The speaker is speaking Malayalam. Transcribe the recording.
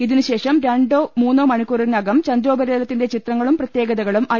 ഇതിനുശേഷം ഒന്നോ രണ്ടോ മണി ക്കൂറിനകം ചന്ദ്രോപരിതലത്തിന്റെ ചിത്രങ്ങളും പ്രത്യേകതകളും ഐ